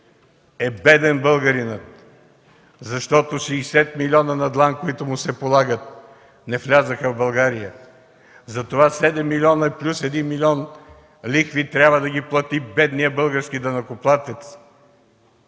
е беден българинът, защото 60 милиона на длан, които му се полагат, не влязоха в България. Затова 7 милиона плюс 1 милион лихви трябва да ги плати бедният български данъкоплатец.